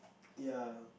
ya